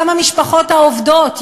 גם המשפחות העובדות,